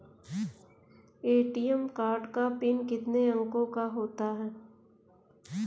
ATM card का PIN कितने अंकों का होता है?